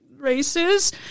races